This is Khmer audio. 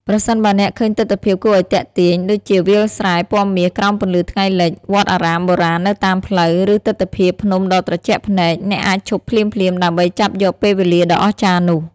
ប្រសិនបើអ្នកឃើញទិដ្ឋភាពគួរឱ្យទាក់ទាញ ដូចជាវាលស្រែពណ៌មាសក្រោមពន្លឺថ្ងៃលិច វត្តអារាមបុរាណនៅតាមផ្លូវ ឬទិដ្ឋភាពភ្នំដ៏ត្រជាក់ភ្នែក អ្នកអាចឈប់ភ្លាមៗដើម្បីចាប់យកពេលវេលាដ៏អស្ចារ្យនោះ។